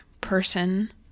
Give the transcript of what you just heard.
person